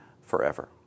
forever